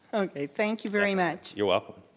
okay, thank you very much. you're welcome.